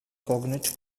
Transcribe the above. kognitiv